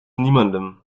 niemandem